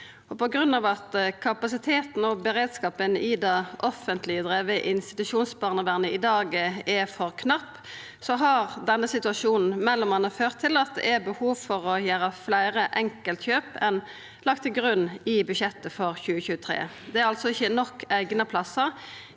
På grunn av at kapasiteten og beredskapen i det offentleg drivne institusjonsbarnevernet i dag er for knapp, har denne situasjonen m.a. ført til at det er behov for å gjera fleire enkeltkjøp enn det som var lagt til grunn i budsjettet for 2023. Det er altså ikkje nok eigna plassar